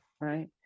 right